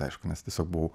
aišku mes tiesiog buvau